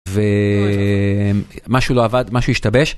ומשהו לא עבד, משהו השתבש.